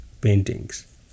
paintings